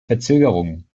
verzögerungen